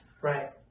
Right